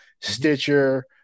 stitcher